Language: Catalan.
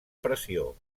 pressió